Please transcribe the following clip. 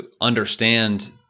understand